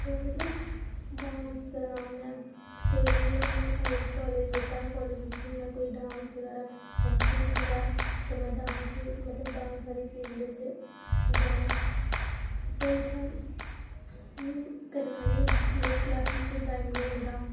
मतलब डांस करांऽ में कोई बी हून अगर कॉलेज़ बिचा कॉलेज बिचू में कोई डांस बगैरा फंक्शन होंदा ऐ ते में डांस मतलब डांस आह्ली फील्ड च जां पर इ'त्थें करना करना केह् मिगी क्लॉसेज़ तो टाइम निं मिलदा